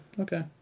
okay